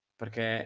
perché